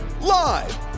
Live